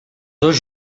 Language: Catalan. dos